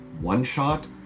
one-shot